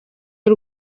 y’u